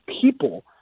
people